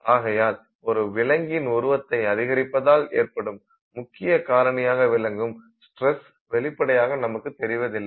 ஆகையால் ஒரு விலங்கின் உருவத்தை அதிகரிப்பதால் ஏற்படும் முக்கிய காரணியாக விளங்கும் ஸ்டிரஸ் வெளிப்படையாக நமக்கு தெரிவதில்லை